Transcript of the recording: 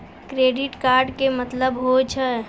Credit card के मतलब होय छै?